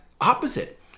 opposite